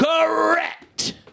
Correct